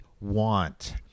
want